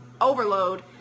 overload